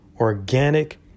organic